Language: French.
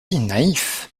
naïf